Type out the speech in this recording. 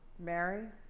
mary.